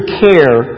care